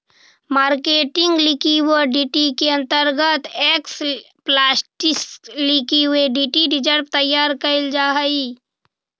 marketing liquidity के अंतर्गत explicit liquidity reserve तैयार कैल जा हई